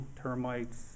termites